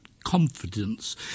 confidence